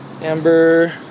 Amber